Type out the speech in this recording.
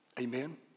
amen